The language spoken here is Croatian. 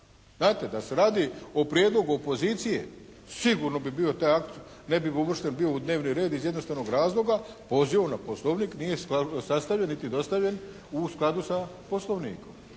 Znate da se radi o prijedlogu opozicije, sigurno bi bio taj akt, ne bi uvršten bio u dnevni red iz jednostavnog razloga, pozivom na Poslovnik nije sastavljen niti dostavljen u skladu sa Poslovnikom.